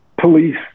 police